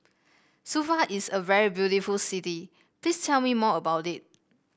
Suva is a very beautiful city Please tell me more about it